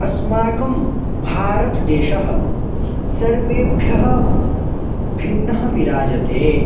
अस्माकं भारतदेशः सर्वेभ्यः भिन्नः विराजते